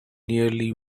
nearly